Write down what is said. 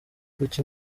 kuki